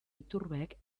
iturbek